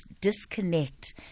disconnect